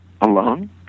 alone